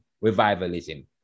revivalism